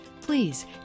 Please